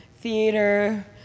theater